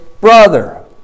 brother